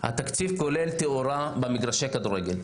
התקציב כולל תאורה במגרשי הכדורגל.